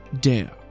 dare